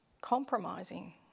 compromising